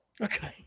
Okay